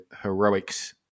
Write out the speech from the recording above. heroics